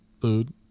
Food